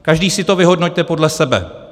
Každý si to vyhodnoťte podle sebe.